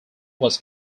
was